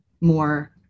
more